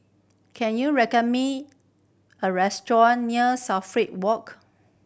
can you reckon me a restaurant near Walk